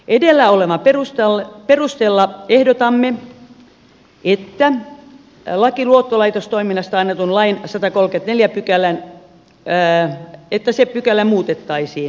edellä olevan perusteella ehdotamme että muutetaan luottolaitostoiminnasta annetun lain satakolme neljä pykälän pään pitäsi pykälä muutettaisiin